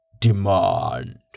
demand